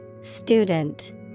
Student